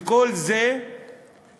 וכל זה תחת,